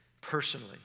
personally